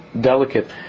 delicate